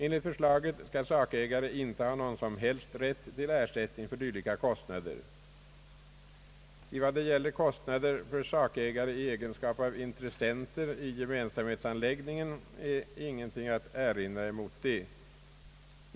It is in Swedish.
Enligt förslaget skall sakägare inte ha någon som helst rätt till ersättning för dylika kostnader. I vad det gäller kostnader för sakägare i egenskap av intressenter i gemensamhetsanläggningen är ingenting att erinra häremot.